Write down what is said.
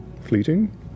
fleeting